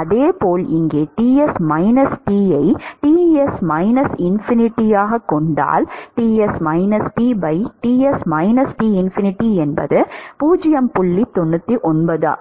அதேபோல் இங்கே Ts T ஐ Ts T∞